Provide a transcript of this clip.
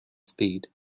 speed